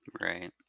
Right